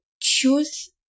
choose